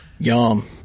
Yum